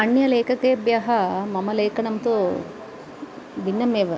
अन्यलेखकेभ्यः मम लेखनं तु भिन्नमेव